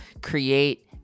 create